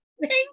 Thank